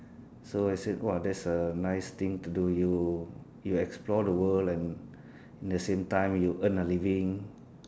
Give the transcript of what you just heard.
so I said !wah! that's a nice thing to do you you explore the world and at the same time you earn a living